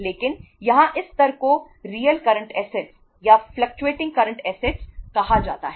लेकिन यहां इस स्तर को रियल करंट ऐसेटस कहा जाता है